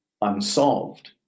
unsolved